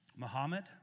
Muhammad